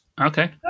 Okay